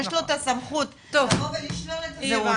יש לו את הסמכות לבוא ולשלול את הזהות